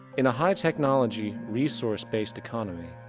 in a high technology, resourced based economy,